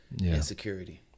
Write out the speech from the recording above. insecurity